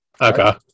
Okay